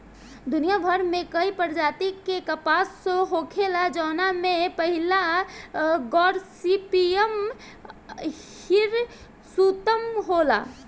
दुनियाभर में कई प्रजाति के कपास होखेला जवना में पहिला गॉसिपियम हिर्सुटम होला